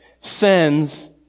sends